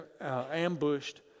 ambushed